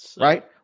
Right